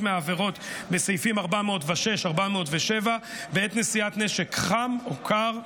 העבירות שבסעיפים 406 ו-407 בעת נשיאת נשק חם או קר,